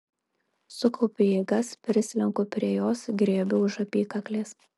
sukaupiu jėgas prislenku prie jos griebiu už apykaklės